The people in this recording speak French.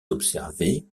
observer